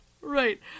Right